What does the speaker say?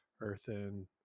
Earthen